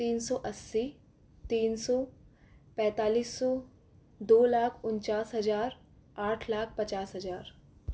तीन सौ अस्सी तीन सौ पैंतालीस सौ दो लाख उनचास हज़ार आठ लाख पचास हज़ार